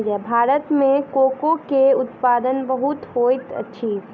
भारत में कोको के उत्पादन बहुत होइत अछि